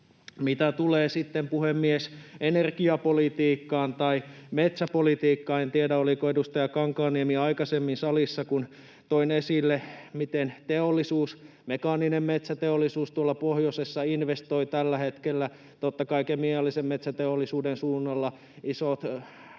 Mitä tulee sitten, puhemies, energiapolitiikkaan tai metsäpolitiikkaan, niin en tiedä, oliko edustaja Kankaanniemi aikaisemmin salissa, kun toin esille, miten teollisuus, mekaaninen metsäteollisuus, tuolla pohjoisessa investoi tällä hetkellä. Totta kai kemiallisen metsäteollisuuden suunnalla isot